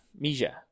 Mija